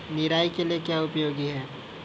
निराई के लिए क्या उपयोगी है?